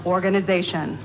Organization